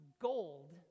gold